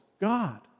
God